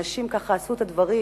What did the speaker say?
אנשים עשו את הדברים,